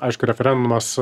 aišku referendumas